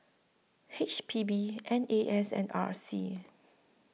H P B N A S and R C